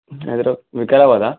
హైదరా వికారాబాదా